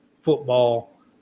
football